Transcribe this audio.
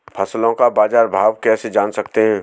फसलों का बाज़ार भाव कैसे जान सकते हैं?